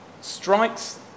strikes